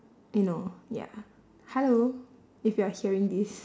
eh no ya hello if you're hearing this